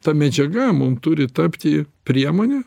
ta medžiaga mum turi tapti priemone